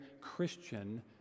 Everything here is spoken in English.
christian